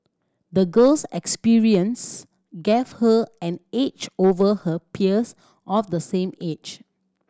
the girl's experience gave her an edge over her peers of the same age